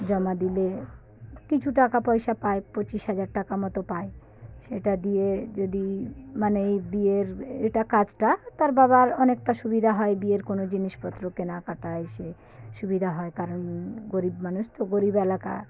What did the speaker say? জমা দিলে কিছু টাকা পয়সা পায় পঁচিশ হাজার টাকা মতো পায় সেটা দিয়ে যদি মানে এই বিয়ের এটা কাজটা তার বাবার অনেকটা সুবিধা হয় বিয়ের কোনো জিনিসপত্র কেনাকাটা ইসে সুবিধা হয় কারণ গরিব মানুষ তো গরিব এলাকা